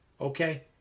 okay